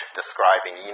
describing